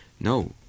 No